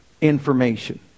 Information